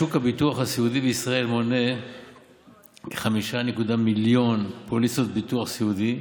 שוק הביטוח הסיעודי בישראל מונה כ-5.1 מיליון פוליסות ביטוח סיעודי,